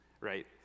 right